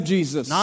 Jesus